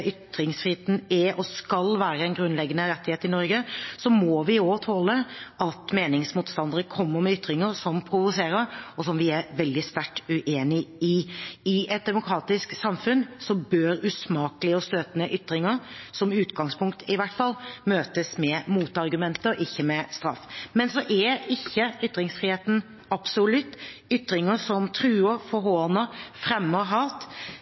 er og skal være en grunnleggende rettighet i Norge, må vi også tåle at meningsmotstandere kommer med ytringer som provoserer, og som vi er veldig sterkt uenig i. I et demokratisk samfunn bør usmakelige og støtende ytringer, i utgangspunktet i hvert fall, møtes med motargumenter, ikke med straff. Men så er ikke ytringsfriheten absolutt. Ytringer som truer,